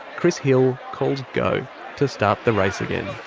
chris hill calls go to start the race again.